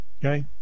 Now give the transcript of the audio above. Okay